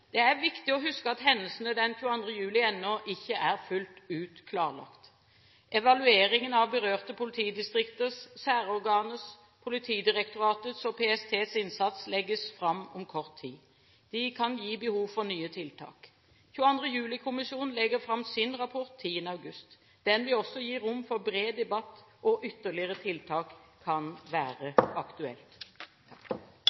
Det er viktig å huske at hendelsene den 22. juli ennå ikke er fullt ut klarlagt. Evalueringene av berørte politidistrikters, særorganers, Politidirektoratets og PSTs innsats legges fram om kort tid. De kan gi behov for nye tiltak. 22. juli-kommisjonen legger fram sin rapport 10. august. Den vil gi også rom for bred debatt, og ytterligere tiltak kan være